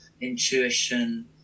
intuition